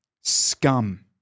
scum